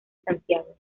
santiago